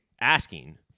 asking